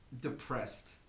Depressed